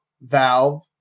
Valve